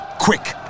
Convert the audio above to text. Quick